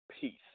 Peace